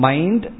Mind